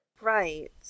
Right